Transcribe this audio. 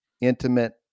intimate